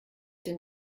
den